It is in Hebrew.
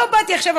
לא באתי עכשיו,